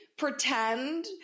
pretend